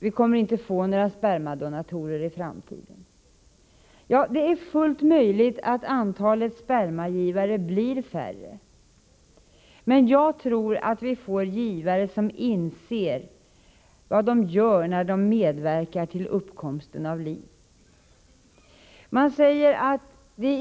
Vi kommer inte att få några spermadonatorer i framtiden, säger anonymitetsförespråkarna. Det är fullt möjligt att antalet spermagivare blir färre, men jag tror att vi får givare som inser vad de gör när de medverkar till uppkomsten av liv.